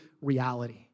reality